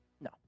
No